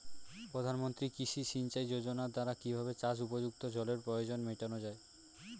প্রধানমন্ত্রী কৃষি সিঞ্চাই যোজনার দ্বারা কিভাবে চাষ উপযুক্ত জলের প্রয়োজন মেটানো য়ায়?